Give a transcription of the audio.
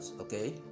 okay